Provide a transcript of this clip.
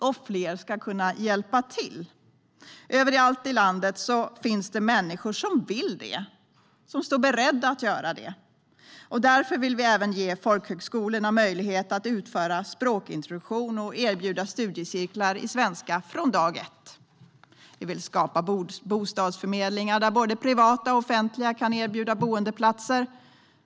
För det fjärde ska fler kunna hjälpa till. Överallt i landet finns människor som vill hjälpa till och står beredda att göra det. Därför vill vi även ge folkhögskolorna möjlighet att utföra språkintroduktion och erbjuda studiecirklar i svenska från dag ett. Vi vill skapa bostadsförmedlingar där både privata och offentliga aktörer kan erbjuda boendeplatser.